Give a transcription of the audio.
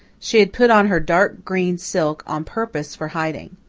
she had put on her dark green silk on purpose for hiding.